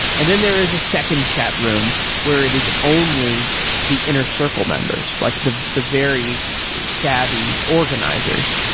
and then there is a second chatroom where it is only the inner circle members, like the the very savvy organizers.